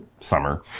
summer